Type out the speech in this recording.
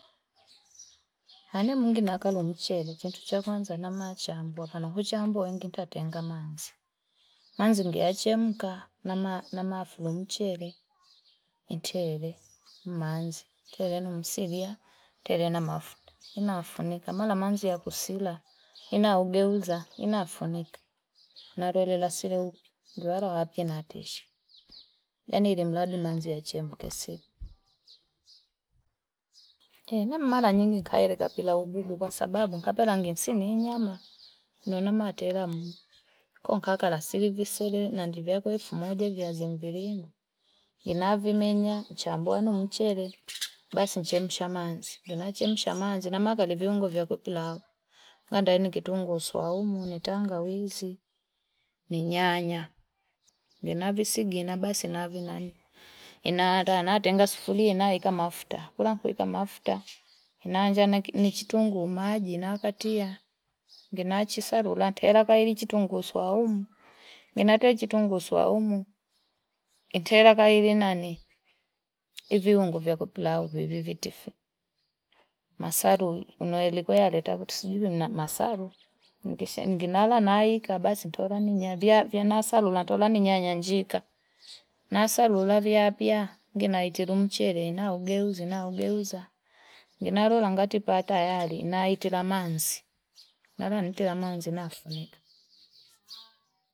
Nanemungi nakalo mchele kitu cha kwanza namachambua pana kuchambua nengi ntatenga manzi, manzi ngiyachemka nama nama fulu mchele, iteeve mmazni iteve silia iteve na mafuta nnafunika mala manzi ya kusila inaugeuza inafunika, nalole la sile upya ndo aro wapi natisha yan ilimradi umaznia yache mkese eh mara nyingi ngaele kapilau bubu kwasababu ngapela sini nyama kunona matela mmm! konkakala silivisele nandi vyako elfu moja vyazi mviringo unavimenya chambuanu mchele basi nchemsha manzi vinachemsha mazi naakele viungo vyakupilau andaeni kitunguu swaumu nitangawizi ni nyaanya nina visigina basinavinani ina arana natenga sufuria naeka mafuta kwila kueka mafuta naanja ni chitunguu maji nakatia, nginachi salula ntela vaili chitunguu swaumu ninatoi chitunguu swaumu itera kailinenani iviungo vya kupilau vivitifu, masalu unilikweale leta kweti kuna masalo ningesha nala naika basi ntola ninya vya vyanasalo ntola i nyanya njiika nasalula viapya ngilaitulu mchele naugeuza naugeuza nginalola ngatipa tayali naitila manzi natilia manzi nafunika.